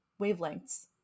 wavelengths